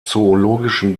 zoologischen